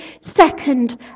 second